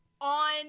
on